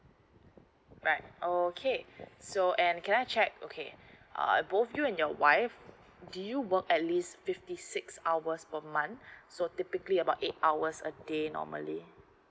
right okay so and can I check okay uh both you and your wife do you work at least fifty six hours per month so typically about eight hours a day normally